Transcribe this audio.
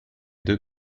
deux